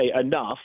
enough